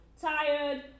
tired